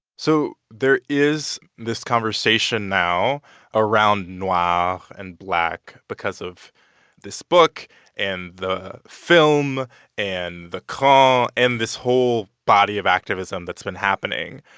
so there is this conversation now around noir ah and black because of this book and the film and the cran and this whole body of activism that's been happening.